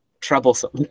troublesome